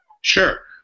Sure